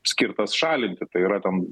skirtas šalinti tai yra tam